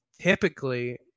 typically